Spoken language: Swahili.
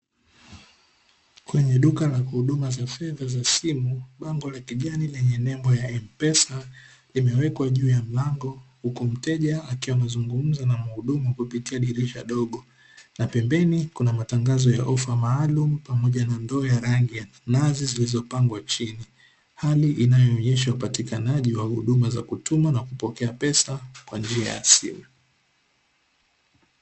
Kwenye duka la huduma za fedha za simu, bango la kijani lenye nembo ya "M-PESA" limewekwa juu ya mlango huku mteja akiwa anazungumza na mhudumu kupitia dirisha dogo. Pembeni kuna matangazo ya ofa maalumu pamoja na ndoo ya rangi, na nazi zilizopangwa chini. Hali inayoonesha upatikanaji wa huduma za kutuma na kupokea pesa kwa njia ya simu.